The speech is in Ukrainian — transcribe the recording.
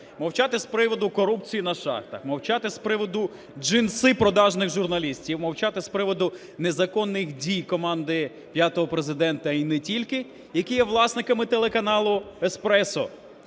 Мовчати з приводу корупції на шахтах, мовчати з приводу "джинси" продажних журналістів і мовчати з приводу незаконних дій команди п'ятого Президента і не тільки, які є власниками телеканалу Espreso.